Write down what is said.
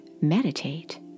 meditate